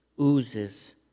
oozes